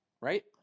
Right